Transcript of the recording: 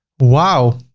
wow!